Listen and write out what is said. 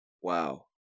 wow